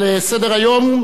על סדר-היום,